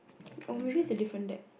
oh maybe is a different deck